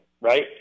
right